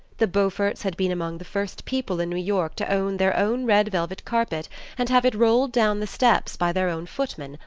the beauforts had been among the first people in new york to own their own red velvet carpet and have it rolled down the steps by their own footmen,